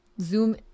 Zoom